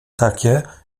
takie